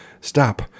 stop